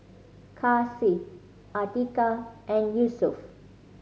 Kasih Atiqah and Yusuf